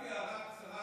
רק הערה קצרה,